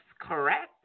correct